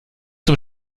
zum